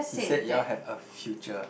he said you all have a future